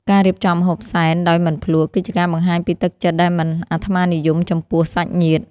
ការរៀបចំម្ហូបសែនដោយមិនភ្លក្ស គឺជាការបង្ហាញពីទឹកចិត្តដែលមិនអាត្មានិយមចំពោះសាច់ញាតិ។